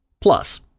Plus